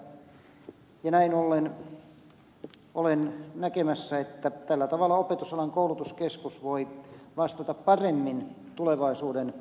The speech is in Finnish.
näin ollen olen näkemässä että tällä tavalla opetusalan koulutuskeskus voi vastata paremmin tulevaisuuden tehtäviin